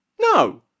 no